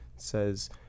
Says